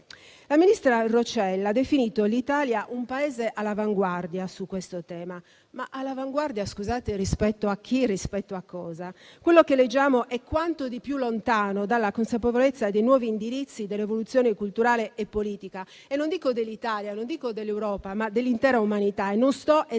La ministra Roccella ha definito l'Italia un Paese all'avanguardia su questo tema. Ma all'avanguardia, scusate, rispetto a chi e rispetto a cosa? Quello che leggiamo è quanto di più lontano dalla consapevolezza dei nuovi indirizzi dell'evoluzione culturale e politica non dico dell'Italia e dell'Europa, ma dell'intera umanità; e non sto esagerando.